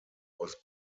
was